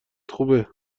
خوبه